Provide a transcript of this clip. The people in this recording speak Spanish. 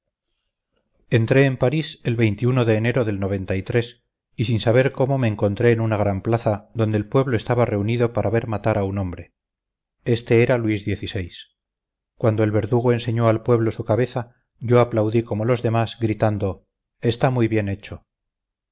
entré en parís el de enero del y sin saber cómo me encontré en una gran plaza donde el pueblo estaba reunido para ver matar a un hombre este era luis xvi cuando el verdugo enseñó al pueblo su cabeza yo aplaudí como los demás gritando está muy bien hecho